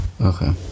Okay